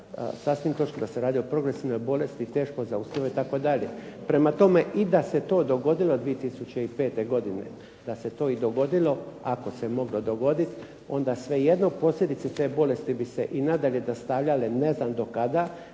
sasvim točno da se radi o progresivnoj bolesti, teško zaustavljivoj itd. Prema tome, i da se to dogodilo 2005. godine, da se to i dogodilo, ako se moglo dogodit onda svejedno posljedice te bolesti bi se i nadalje nastavljale ne znam do kada.